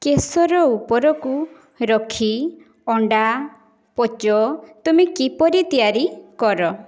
କେଶର ଉପରକୁ ରଖି ଅଣ୍ଡା ପୋଚ ତୁମେ କିପରି ତିଆରି କର